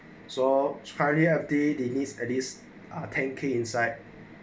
saw charlie F_D dentist at least ten K inside